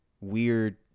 weird